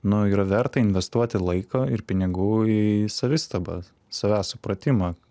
nu yra verta investuoti laiko ir pinigų į savistabą savęs supratimą